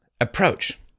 approach